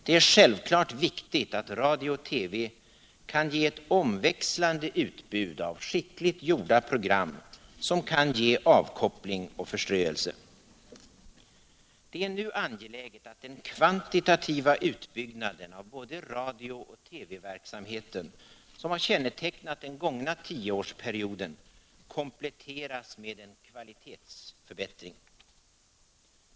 Det är självklart viktigt att radio och TV kan ge ett omväxlande utbud av skickligt gjorda program, som kan ge avkoppling och förströelse. Det är nu angeläget att den kvantitativa utbyggnaden av både radiooch TV-verksamheten, som kännetecknat den gångna tioårsperioden, kompletteras med en kvalitetsförbättring.